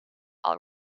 all